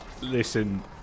Listen